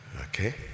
Okay